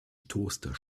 toaster